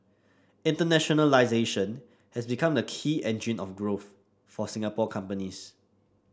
internationalisation has become the key engine of growth for Singapore companies